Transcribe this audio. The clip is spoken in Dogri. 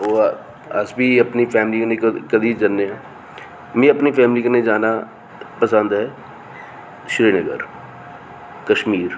ओह अस बी अपनी फैमिली कन्नै कदें जन्ने आं मीं अपनी फैमिली कन्नै जाना पंसद ऐ श्रीनगर कश्मीर